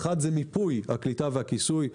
אחד, מיפוי הקליטה והכיסוי.